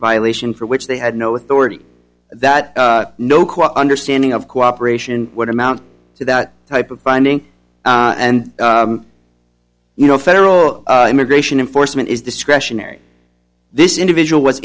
violation for which they had no authority that no quote understanding of cooperation what amount to that type of finding and you know federal immigration enforcement is discretionary this individual w